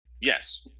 Yes